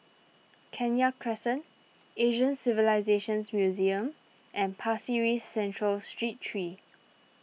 Kenya Crescent Asian Civilisations Museum and Pasir Ris Central Street three